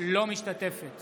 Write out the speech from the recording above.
אינה משתתפת